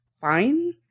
fine